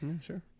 Sure